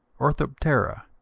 orthoptera